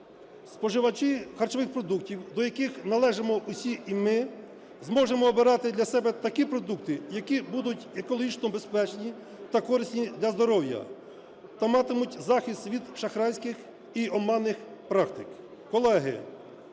Споживачі харчових продуктів, до яких належимо усі і ми, зможемо обирати для себе такі продукти, які будуть екологічно безпечні та корисні для здоров'я та матимуть захист від шахрайських і оманних практик.